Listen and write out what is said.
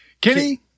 Kenny